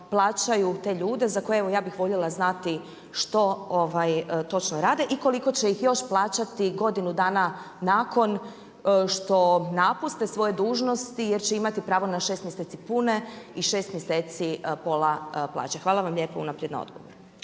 plaćaju te ljude za koje evo ja bih voljela znati što točno rade i koliko će ih još plaćati godinu dana nakon što napuste svoje dužnosti jer će imati pravo na 6 mjeseci pune i 6 mjeseci pola plaće? Hvala vam lijepo unaprijed na odgovoru.